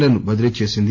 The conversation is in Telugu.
లను బదిలీ చేసింది